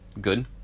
Good